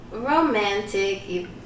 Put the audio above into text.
Romantic